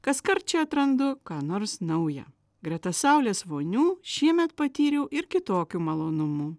kaskart čia atrandu ką nors nauja greta saulės vonių šiemet patyriau ir kitokių malonumų